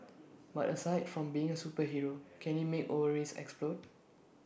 but aside from being A superhero can he make ovaries explode